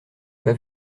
pas